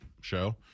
show